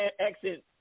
accent